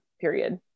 period